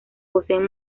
poseen